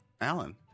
Alan